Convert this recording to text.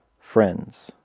friends